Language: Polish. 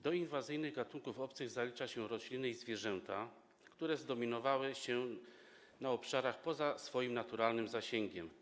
Do inwazyjnych gatunków obcych zalicza się rośliny i zwierzęta, które zadomowiły się na obszarach poza swoim naturalnym zasięgiem.